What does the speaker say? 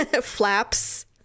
flaps